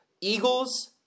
Eagles